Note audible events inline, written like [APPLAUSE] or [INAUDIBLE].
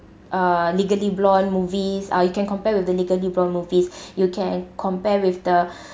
uh legally blonde movies uh you can compare with the legally blonde movies [BREATH] you can compare with the [BREATH] the